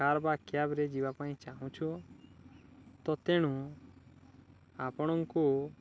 car ବା କ୍ୟାବ୍ରେ ଯିବା ପାଇଁ ଚାହୁଁଛୁ ତ ତେଣୁ ଆପଣଙ୍କୁ